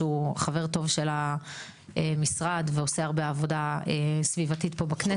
שהוא חבר טוב של המשרד ועושה הרבה עבודה סביבתית פה בכנסת.